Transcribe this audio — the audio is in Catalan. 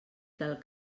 cal